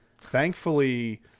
Thankfully